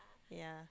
ya